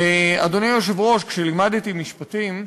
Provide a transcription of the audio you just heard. אדוני היושב-ראש, כשלימדתי משפטים,